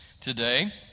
today